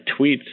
tweets